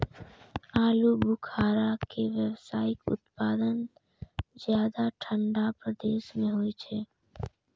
आलू बुखारा के व्यावसायिक उत्पादन ज्यादा ठंढा प्रदेश मे होइ छै